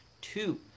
Two